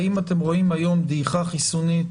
האם אתם רואים היום דעיכה חיסונית